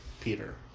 Peter